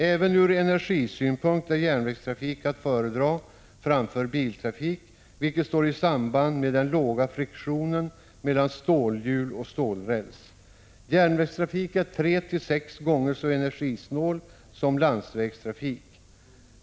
Även från energisynpunkt är järnvägstrafik att föredra framför biltrafik, vilket sammanhänger med den låga friktionen mellan stålhjul och stålräls. Järnvägstrafik är tre till sex gånger så energisnål som landsvägstrafik.